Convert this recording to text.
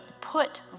put